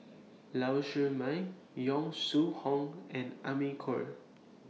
Lau Siew Mei Yong Shu Hoong and Amy Khor